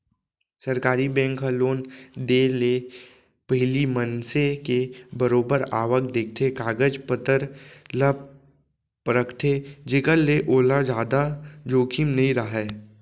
सरकारी बेंक ह लोन देय ले पहिली मनसे के बरोबर आवक देखथे, कागज पतर ल परखथे जेखर ले ओला जादा जोखिम नइ राहय